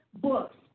books